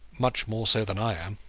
much more so than i am.